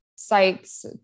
sites